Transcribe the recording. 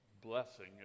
blessing